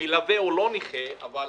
שהמלווה הוא לא נכה, אבל